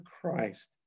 Christ